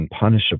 Unpunishable